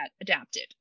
adapted